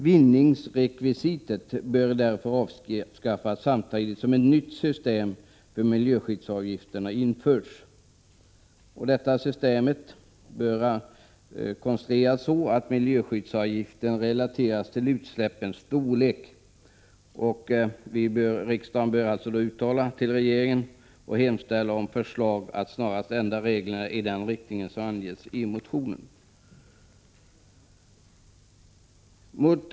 Vinningsrekvisitet bör därför avskaffas samtidigt som ett nytt system för miljöskyddsavgifterna införs. Detta system bör vara konstruerat så att miljöskyddsavgiften relateras till utsläppens storlek. Riksdagen bör i ett uttalande hemställa att regeringen snarast ändrar = Prot. 1986/87:133 reglerna i den riktning som har angetts i motionen från moderata samlings 1 juni 1987 partiet och folkpartiet.